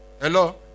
Hello